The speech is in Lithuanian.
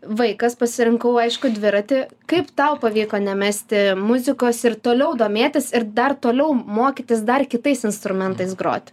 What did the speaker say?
vaikas pasirinkau aišku dviratį kaip tau pavyko nemesti muzikos ir toliau domėtis ir dar toliau mokytis dar kitais instrumentais grot